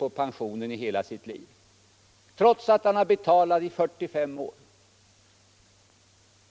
av pensionen under hela sitt återstående liv, trots att han har betalat i 45 år.